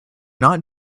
not